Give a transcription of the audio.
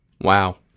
Wow